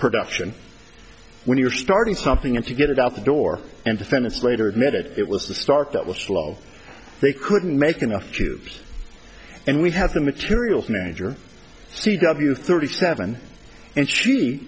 production when you're starting something and to get it out the door and defend it's later admitted it was the start that was slow they couldn't make enough juice and we have the materials manager c w thirty seven and she